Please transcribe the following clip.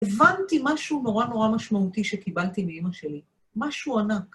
הבנתי משהו נורא נורא משמעותי שקיבלתי מאמא שלי, משהו ענק.